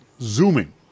zooming